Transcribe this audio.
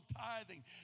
tithing